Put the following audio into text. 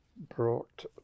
brought